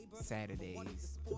Saturdays